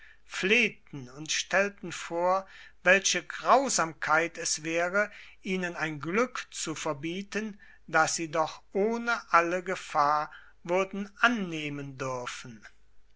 flehten und stellten vor welche grausamkeit es wäre ihnen ein glück zu verbieten das sie doch ohne alle gefahr würden annehmen dürfen